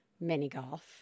mini-golf